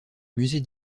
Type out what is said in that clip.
musée